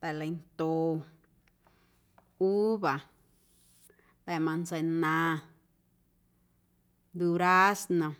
ta̱leinto, uva, ta̱ manzana, durazno.